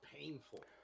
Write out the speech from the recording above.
painful